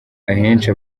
ahenshi